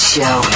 Show